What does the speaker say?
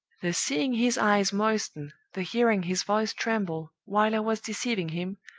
the seeing his eyes moisten, the hearing his voice tremble, while i was deceiving him,